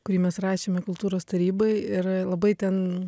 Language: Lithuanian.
kurį mes rašėme kultūros tarybai ir labai ten